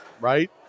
Right